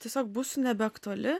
tiesiog būsiu nebeaktuali